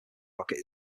rocket